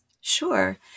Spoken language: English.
Sure